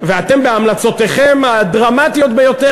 אתם בהמלצותיכם הדרמטיות ביותר,